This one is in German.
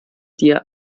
dir